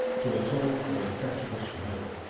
to atone for a treacherous murder.